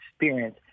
experience